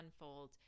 unfold